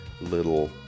little